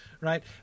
right